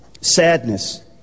Sadness